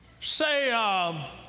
Say